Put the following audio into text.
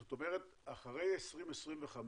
זאת אומרת אחרי 2025 פחם